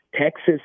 Texas